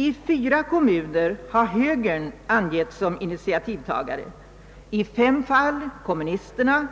I fyra kommuner har högern angivits som initiativtagare och i fem fall kommunisterna.